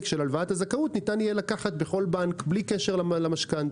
של הלוואת הזכאות יהיה ניתן לקחת בכל בנק בלי קשר למשכנתא.